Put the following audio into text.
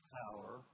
power